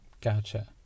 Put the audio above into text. Gotcha